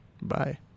Bye